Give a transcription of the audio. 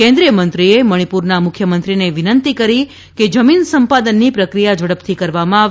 કેન્દ્રીય મંત્રીએ મણિપુરના મુખ્યમંત્રીને વિનંતી કરી કે જમીન સંપાદનની પ્રક્રિયા ઝડપથી કરવામાં આવે